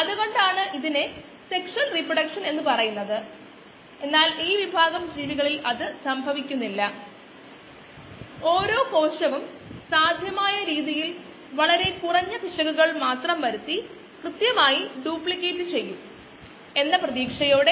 അല്ലെങ്കിൽ ഇവിടെ 1 by x dx dt എന്ന പദത്തിന്റെ അർത്ഥം കാണാൻ പോലും എളുപ്പമാകും അതാണ് ഞാൻ ഇവിടെ നൽകിയ കാരണം അത് ഇപ്പോഴും സാധുവാണ്